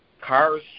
cars